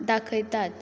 दाखयतात